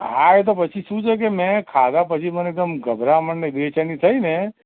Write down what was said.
હા એ તો પછી શું છે કે મેં ખાધા પછી મને એકદમ ગભરામણ ને બેચેની થઈ ને